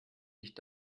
nicht